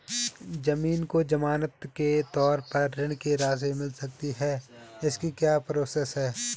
ज़मीन को ज़मानत के तौर पर ऋण की राशि मिल सकती है इसकी क्या प्रोसेस है?